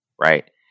Right